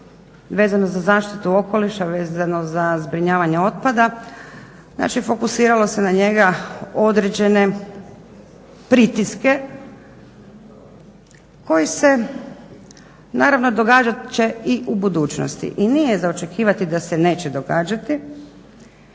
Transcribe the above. vezano za zaštitu okoliša, vezano za zbrinjavanje otpada. Znači, fokusiralo se na njega određene pritiske koji se naravno događat će i u budućnosti. I nije za očekivati da se neće događati